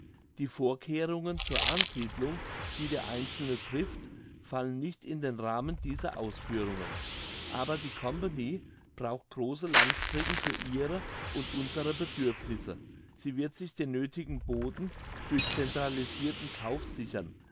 die vorkehrungen zur ansiedlung die der einzelne trifft fallen nicht in den rahmen dieser ausführungen aber die company braucht grosse landstrecken für ihre und unsere bedürfnisse sie wird sich den nöthigen boden durch centralisirten kauf sichern